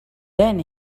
then